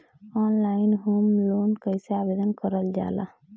Online home loan कैसे आवेदन करल जा ला?